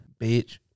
Bitch